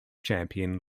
champion